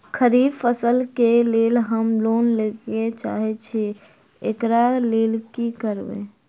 खरीफ फसल केँ लेल हम लोन लैके चाहै छी एकरा लेल की करबै?